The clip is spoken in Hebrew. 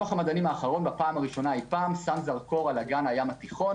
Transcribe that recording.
דוח המדענים האחרון בפעם הראשונה אי פעם שם זרקור על אגן הים התיכון